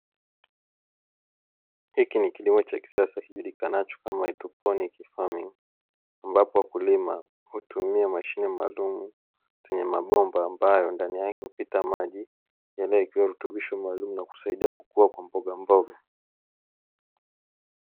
Hiki ni kilimo cha kisasa kijulikanacho kama hydroponiki ambapo wakulima hutumia mashine maalumu, zenye mabomba ambayo ndani yake hupita maji yaliyowewa virutubisho maalumu na kusaidia kukua kwa mboga mboga.